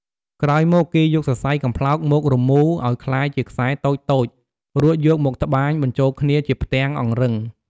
ក្រោយមកគេយកសរសៃកំប្លោកមក រមូរ ឲ្យក្លាយជាខ្សែតូចៗ រួចយកមក ត្បាញ បញ្ចូលគ្នាជាផ្ទាំងអង្រឹង។